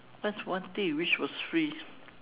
what's one thing you wish was free